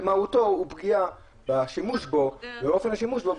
במהותו ובאופן השימוש בו,